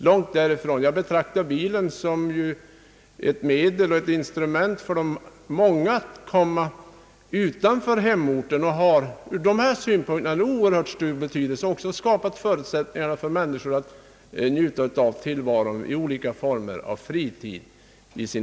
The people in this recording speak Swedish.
Långt därifrån, jag betraktar bilen som ett medel för de många att komma utanför hemorten. Ur den synpunkten anser jag att den har oerhört stor betydelse genom att den skapar förutsättningar för människor att i olika former njuta av tillvaron i sina fritidshus.